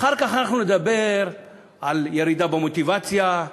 אחר כך אנחנו נדבר על ירידה במוטיבציה,